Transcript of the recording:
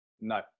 No